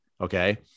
okay